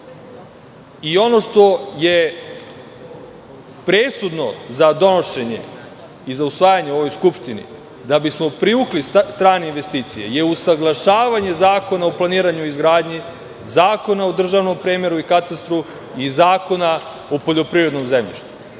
i ono što je presudno za donošenje i za usvajanje u ovoj Skupštini, da bismo privukli strane investicije, je usaglašavanje Zakona o planiranju i izgradnji, Zakona o državnom premeru i katastru i Zakona o poljoprivrednom zemljištu.